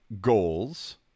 goals